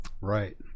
Right